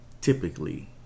typically